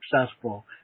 successful